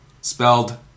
spelled